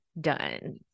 done